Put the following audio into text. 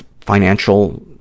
financial